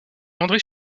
andré